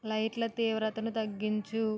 లైట్ల తీవ్రతను తగ్గించు